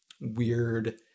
weird